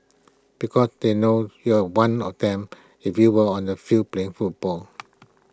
because they know you are one of them if you were on the field playing football